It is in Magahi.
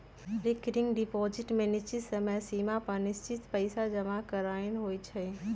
रिकरिंग डिपॉजिट में निश्चित समय सिमा पर निश्चित पइसा जमा करानाइ होइ छइ